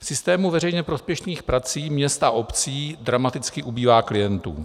Systému veřejně prospěšných prací měst a obcí dramaticky ubývá klientů.